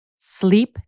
Sleep